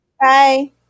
Bye